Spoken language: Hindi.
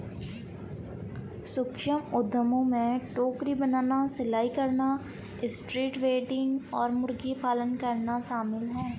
सूक्ष्म उद्यमों में टोकरी बनाना, सिलाई करना, स्ट्रीट वेंडिंग और मुर्गी पालन करना शामिल है